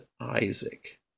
Isaac